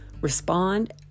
Respond